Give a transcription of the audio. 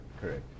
correct